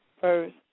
first